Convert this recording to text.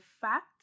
fact